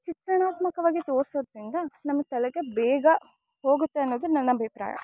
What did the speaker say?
ಚಿತ್ರಣಾತ್ಮಕವಾಗಿ ತೋರಿಸೋದ್ರಿಂದ ನಮ್ಮ ತಲೆಗೆ ಬೇಗ ಹೋಗುತ್ತೆ ಅನ್ನೋದು ನನ್ನ ಅಭಿಪ್ರಾಯ